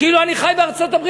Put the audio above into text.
כאילו אני חי בארצות-הברית.